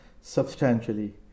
substantially